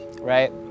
right